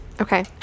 Okay